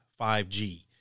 5G